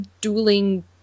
dueling –